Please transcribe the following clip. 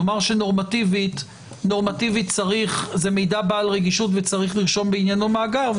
נאמר שנורמטיבית זה מידע בעל רגישות וצריך לרשום בעניינו מאגר,